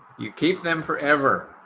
you keep them forever.